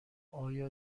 آیا